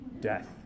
death